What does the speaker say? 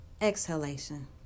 exhalation